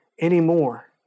anymore